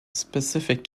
specific